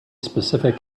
specific